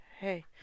hey